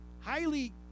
Highly